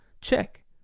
check